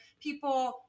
people